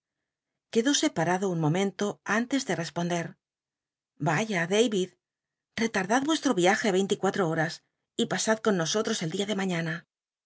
quedó separado un momento antes de responder vaya darid relar'tlad vuestro y iajc rcintc y cuatro horas y pasad con nosotr os el dia de mañana